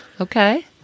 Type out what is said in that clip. Okay